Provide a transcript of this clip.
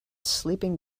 sleeping